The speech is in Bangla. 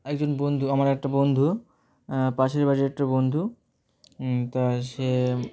একজন বন্ধু আমার একটা বন্ধু পাশের বাড়ির একটা বন্ধু তা সে